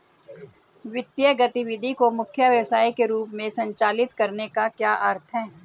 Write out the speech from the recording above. वित्तीय गतिविधि को मुख्य व्यवसाय के रूप में संचालित करने का क्या अर्थ है?